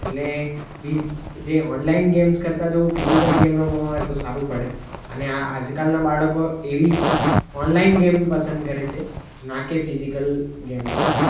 એટલે ફિઝિ જે ઓનલાઇન ગેમ્સ કરતાં જો ફિઝિકલી ગેમ રમવાવામાં આવે તો સારું પડે અને આજકાલનાં બાળકો એવી ઓનલાઇન ગેમ પસંદ કરે છે ના કે ફિઝિકલ ગેમ કરતાં